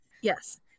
Yes